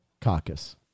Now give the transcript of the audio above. caucus